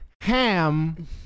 ham